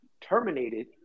terminated